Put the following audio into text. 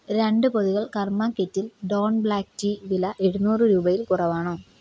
രണ്ട് പൊതികൾ Karma Kettle Dawn black tea വില എഴുന്നൂറ് രൂപയിൽ കുറവാണോ